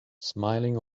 smiling